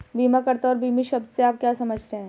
बीमाकर्ता और बीमित शब्द से आप क्या समझते हैं?